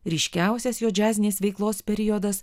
ryškiausias jo džiazinės veiklos periodas